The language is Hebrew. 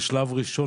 כשלב ראשון,